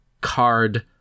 card